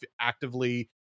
actively